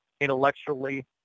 intellectually